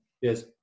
Yes